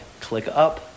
ClickUp